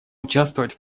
участвовать